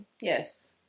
Yes